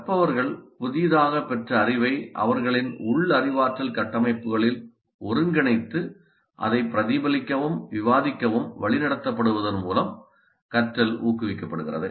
கற்பவர்கள் புதிதாகப் பெற்ற அறிவை அவர்களின் உள் அறிவாற்றல் கட்டமைப்புகளில் ஒருங்கிணைத்து அதை பிரதிபலிக்கவும் விவாதிக்கவும் வழிநடத்தப்படுவதன் மூலம் கற்றல் ஊக்குவிக்கப்படுகிறது